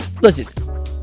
Listen